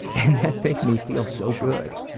and that made me feel so good.